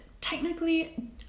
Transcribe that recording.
Technically